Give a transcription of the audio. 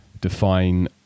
define